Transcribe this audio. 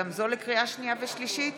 לקריאה שנייה ולקריאה שלישית,